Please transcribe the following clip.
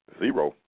Zero